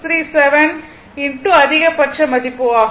637 அதிகபட்ச மதிப்பு ஆகும்